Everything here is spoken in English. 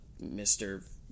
Mr